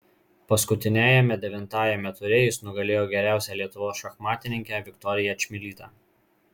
paskutiniajame devintajame ture jis nugalėjo geriausią lietuvos šachmatininkę viktoriją čmilytę